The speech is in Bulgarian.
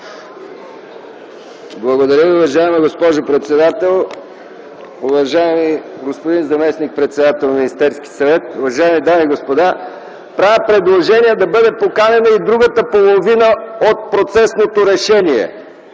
Благодаря Ви, уважаема госпожо председател. Уважаеми господин заместник министър-председател на Министерския съвет, уважаеми дами и господа, правя предложение да бъде поканена и другата половина от процесното решение.